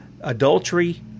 adultery